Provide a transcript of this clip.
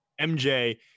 MJ